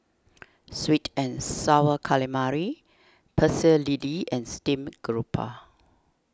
Sweet and Sour Calamari Pecel Lele and Steamed Garoupa